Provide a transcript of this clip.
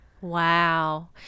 Wow